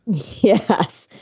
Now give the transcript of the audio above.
yes.